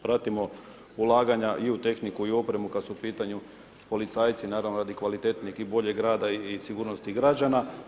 Pratimo ulaganja i u tehniku i u opremu, kada su u pitanju policajci, naravno radi kvalitetnijeg i boljeg rada i sigurnosti građana.